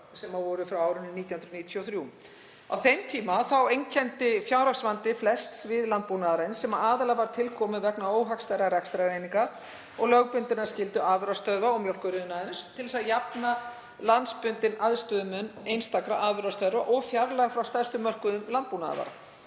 sem voru frá árinu 1993. Á þeim tíma einkenndi fjárhagsvandi flest svið landbúnaðarins, sem aðallega var til kominn vegna óhagstæðra rekstrareininga og lögbundinnar skyldu afurðastöðva og mjólkuriðnaðarins til þess að jafna landsbundinn aðstöðumun einstakra afurðastöðva og fjarlægð frá stærstu mörkuðum landbúnaðarvara.